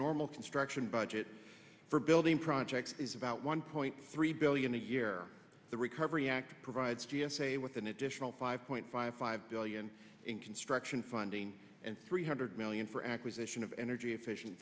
normal construction budget for building projects is about one point three billion a year the recovery act provides g s a with an additional five point five five billion in construction funding and three hundred million for acquisition of energy efficient